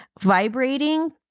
vibrating